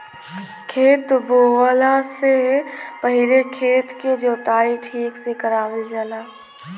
खेत बोवला से पहिले खेत के जोताई ठीक से करावल जाला